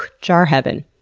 jar heaven.